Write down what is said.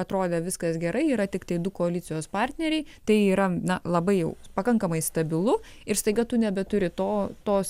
atrodė viskas gerai yra tiktai du koalicijos partneriai tai yra na labai jau pakankamai stabilu ir staiga tu nebeturi to tos